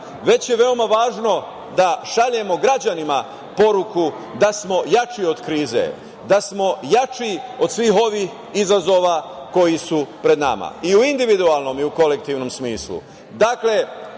već je veoma važno da šaljemo građanima poruku da smo jači od krize, da smo jači od svih ovih izazova koji su pred nama i u individualnom i u kolektivnom smislu. Dakle,